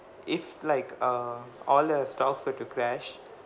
if like err all the stocks were to crash